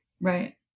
Right